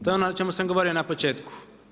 To je ono o čemu sam govorio na početku.